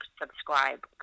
subscribe